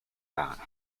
that